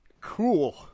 Cool